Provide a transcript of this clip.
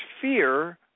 fear